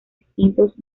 distintos